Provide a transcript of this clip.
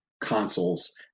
consoles